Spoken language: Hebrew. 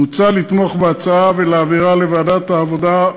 מוצע לתמוך בהצעה ולהעבירה לוועדת העבודה,